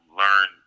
learn